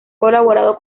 colaborado